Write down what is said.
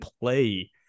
play